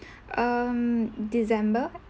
um december